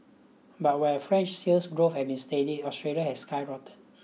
but where French sales growth have been steady Australia's has skyrocketed